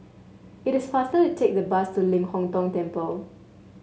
it is faster to take the bus to Ling Hong Tong Temple